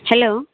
hello